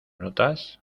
notas